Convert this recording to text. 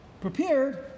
prepared